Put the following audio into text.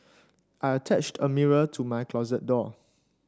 I attached a mirror to my closet door